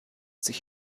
sich